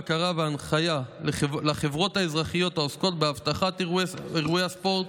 בקרה והנחיה לחברות האזרחיות העוסקות באבטחת אירועי הספורט,